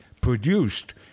produced